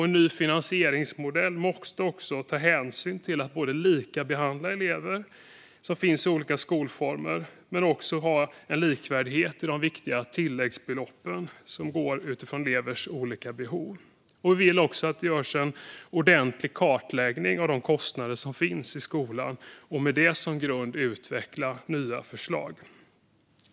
En ny finansieringsmodell måste ta hänsyn till likabehandling av elever i olika skolformer men också säkra likvärdighet när det gäller de viktiga tilläggsbeloppen, som baseras på elevers olika behov. Vi vill också att det görs en ordentlig kartläggning av skolans kostnader och att det med detta som grund utvecklas nya förslag.